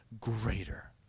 greater